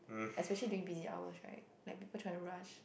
especially during busy hours right like people trying to rush